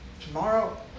Tomorrow